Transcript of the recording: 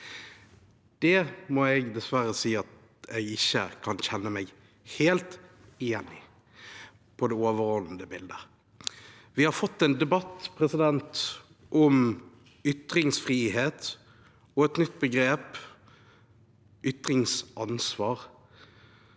Det må jeg dessverre si at jeg ikke kan kjenne meg helt igjen i, i det overordnede bildet. Vi har fått en debatt om ytringsfrihet og et nytt begrep: ytringsansvar.